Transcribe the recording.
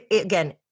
again